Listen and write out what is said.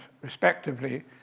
respectively